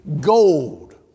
gold